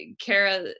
kara